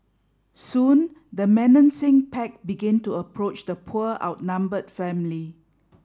soon the menacing pack began to approach the poor outnumbered family